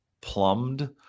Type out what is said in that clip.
plumbed